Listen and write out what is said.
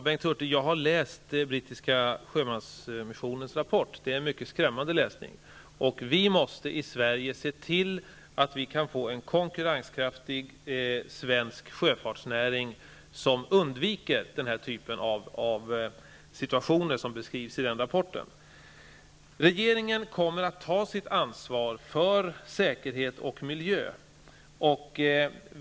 Herr talman! Jag har läst brittiska sjömansmissionens rapport. Det är skrämmande läsning. Vi måste i Sverige se till att vi kan få en konkurrenskraftig svensk sjöfartsnäring, där man undviker den typ av situationer som beskrivs i rapporten. Regeringen kommer att ta sitt ansvar för säkerhet och miljö.